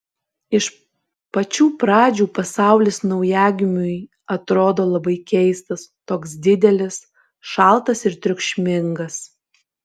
iš pačių pradžių pasaulis naujagimiui atrodo labai keistas toks didelis šaltas ir triukšmingas